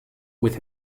with